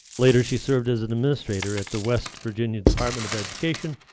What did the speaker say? later, she served as an administrator at the west virginia department of education,